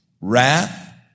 wrath